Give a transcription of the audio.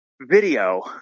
video